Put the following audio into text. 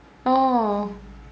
oh